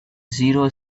zero